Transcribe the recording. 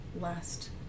last